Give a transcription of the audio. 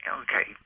okay